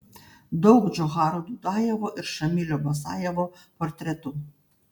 daug džocharo dudajevo ir šamilio basajevo portretų